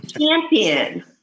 champion